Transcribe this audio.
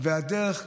והדרך,